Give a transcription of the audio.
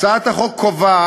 הצעת החוק קובעת